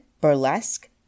burlesque